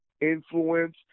influence